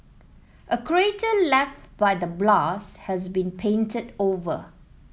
a crater left by the blast has been painted over